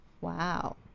wow